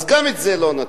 אז גם את זה לא נתנו.